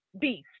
Beast